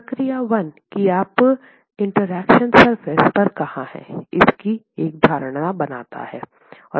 प्रक्रिया 1 की आप इंटरेक्शन सरफेस पर कहाँ हैं इसकी एक धारणा बनाता है